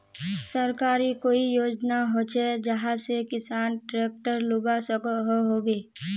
सरकारी कोई योजना होचे जहा से किसान ट्रैक्टर लुबा सकोहो होबे?